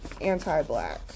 anti-black